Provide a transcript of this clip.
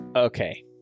Okay